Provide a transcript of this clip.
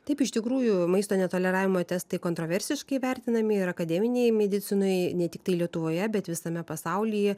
taip iš tikrųjų maisto netoleravimo testai kontroversiškai vertinami ir akademinėj medicinoj ne tiktai lietuvoje bet visame pasaulyje